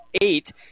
eight